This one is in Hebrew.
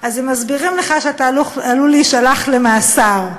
הם מסבירים לך שאתה עלול להישלח למאסר.